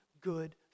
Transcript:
good